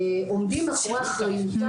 ועומדים מאחורי אחריותם.